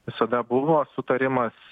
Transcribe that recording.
visada buvo sutarimas